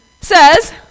says